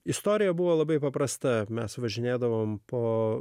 istorija buvo labai paprasta mes važinėdavome po